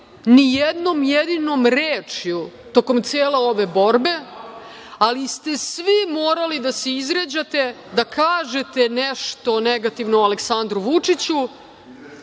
ni jednom jedinom rečju tokom cele ove borbe, ali ste svi morali da se izređate, da kažete nešto negativno o Aleksandru Vučiću,